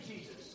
Jesus